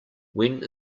when